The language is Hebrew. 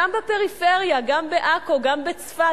גם בפריפריה, גם בעכו, גם בצפת.